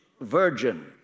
virgin